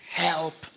help